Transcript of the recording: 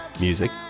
music